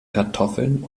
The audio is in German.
kartoffeln